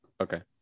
Okay